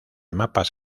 mapas